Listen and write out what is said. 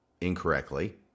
incorrectly